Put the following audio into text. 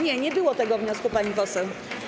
Nie, nie było tego wniosku, pani poseł.